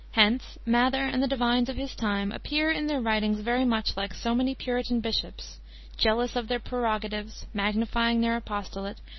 hence mather and the divines of his time appear in their writings very much like so many puritan bishops jealous of their prerogatives, magnifying their apostolate,